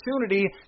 opportunity